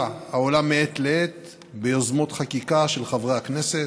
העולה מעת לעת ביוזמות חקיקה של חברי הכנסת,